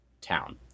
town